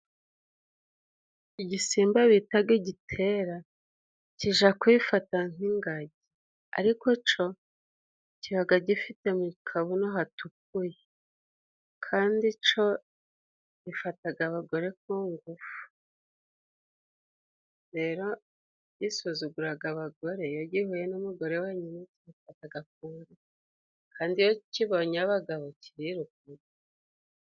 Igisimba bitaga igitera kija kwifata nk'ingagi. Ariko co, kibaga gifite mu kabuno hatukuye. Kandi co gifataga abagore ku ngufu. Rero gisuzuguraga abagore iyo gihuye n'umugore wenyine kimfataga ku ngufu, kandi iyo kibonye abagabo kiriruka.